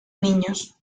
niños